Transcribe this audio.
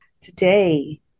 today